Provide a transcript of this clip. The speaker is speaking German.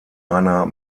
einer